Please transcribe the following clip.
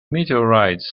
meteorites